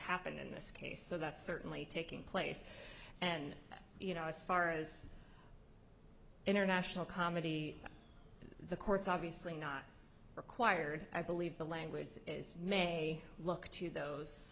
happened in this case so that's certainly taking place and you know as far as international comedy the courts obviously not required i believe the language is may look to those